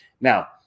Now